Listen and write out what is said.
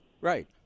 Right